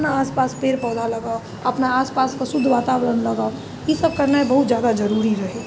अपना आसपास पेड़ पौधा लगाउ अपना आसपासके शुद्ध वातावरण बनाउ ईसब करनाइ बहुत ज्यादा जरूरी रहै